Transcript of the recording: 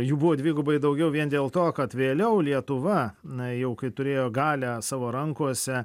jų buvo dvigubai daugiau vien dėl to kad vėliau lietuva e jau kai turėjo galią savo rankose